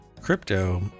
crypto